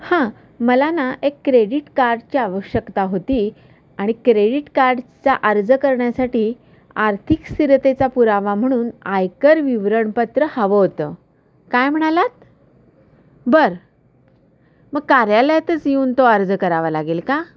हां मला ना एक क्रेडिट कार्डची आवश्यकता होती आणि क्रेडिट कार्डचा अर्ज करण्यासाठी आर्थिक स्थिरतेचा पुरावा म्हणून आयकर विवरणपत्र हवं होतं काय म्हणालात बर मग कार्यालयातच येऊन तो अर्ज करावा लागेल का